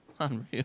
Unreal